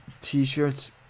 t-shirts